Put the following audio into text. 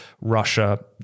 Russia